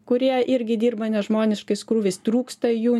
kurie irgi dirba nežmoniškais krūviais trūksta jų